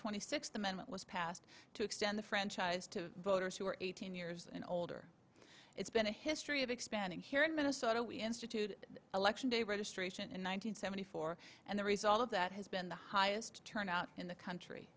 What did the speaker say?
twenty sixth amendment was passed to extend the franchise to voters who are eighteen years and older it's been a history of expanding here in minnesota we instituted election day registration in one thousand nine hundred four and the result of that has been the highest turnout in the country